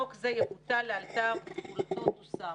חוק זה יבוטל לאלתר ותחולתו תוסר".